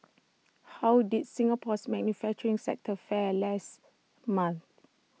how did Singapore's manufacturing sector fare last month